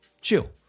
chill